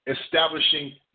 establishing